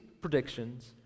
predictions